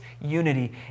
unity